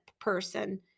person